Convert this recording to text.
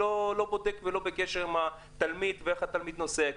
לא בודק ולא בקשר עם התלמיד ואיך התלמיד נוסע.